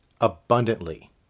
abundantly